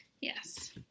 Yes